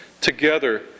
together